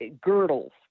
girdles